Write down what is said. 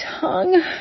tongue